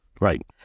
Right